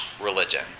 religion